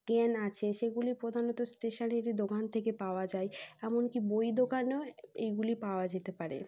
জ্ঞান আছে সেইগুলি প্রধানত স্টেশনারি দোকান থেকে পাওয়া যায় এমনকি বই দোকানেও এইগুলি পাওয়া যেতে পারে